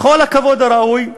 בכל הכבוד הראוי,